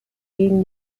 gegen